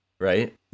right